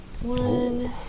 One